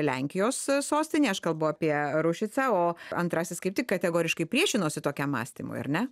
lenkijos sostinė aš kalbu apie ruščicą o antrasis kaip tik kategoriškai priešinosi tokiam mąstymui ar ne